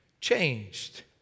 changed